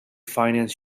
finance